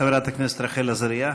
חברת הכנסת רחל עזריה.